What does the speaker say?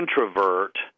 introvert